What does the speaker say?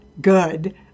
good